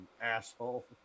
asshole